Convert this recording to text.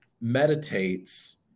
meditates